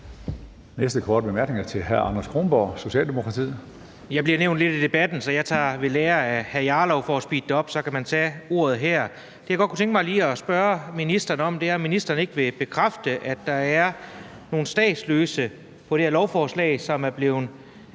Næste korte bemærkning er til hr. Anders Kronborg, Socialdemokratiet. Kl. 11:17 Anders Kronborg (S): Jeg bliver nævnt lidt i debatten, så jeg tager ved lære af hr. Rasmus Jarlov om, at for at speede det op kan man tage ordet her. Det, jeg godt kunne tænke mig lige at spørge ministeren om, er, om ministeren ikke vil bekræfte, at der er nogle statsløse på det her lovforslag, som er blevet